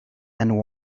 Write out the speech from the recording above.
and